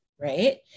Right